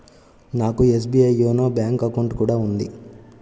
నాకు SBI YONO bank account కూడా ఉంది